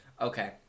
Okay